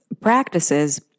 practices